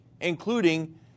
including